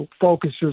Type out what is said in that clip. focuses